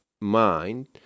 mind